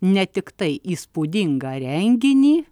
ne tiktai įspūdingą renginį